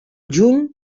juny